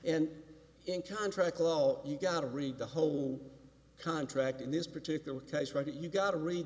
and in contract law you gotta read the whole contract in this particular case right you got to read